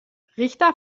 richter